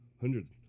Hundreds